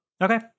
Okay